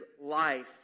life